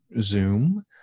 Zoom